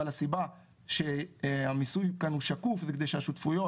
אבל הסיבה שהמיסוי כאן הוא שקוף זה כדי שהשותפויות,